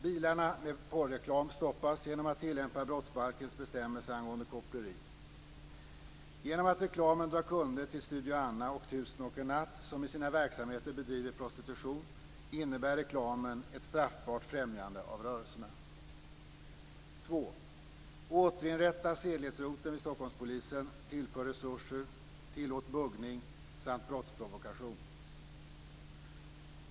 Bilarna med porreklam stoppas genom att brottsbalkens bestämmelse angående koppleri tillämpas. Genom att reklamen drar kunder till Studio Anna och Tusen och en natt, som i sina verksamheter bedriver prostitution, innebär reklamen ett straffbart främjande av rörelserna. 2. Återinrätta sedlighetsroteln vid Stockholmspolisen, tillför resurser, tillåt buggning samt brottsprovokation!